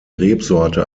rebsorte